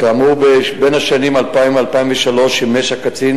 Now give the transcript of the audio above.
כאמור, בשנים 2000 2003 שימש הקצין